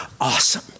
awesome